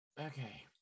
Okay